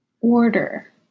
order